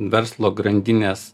verslo grandinės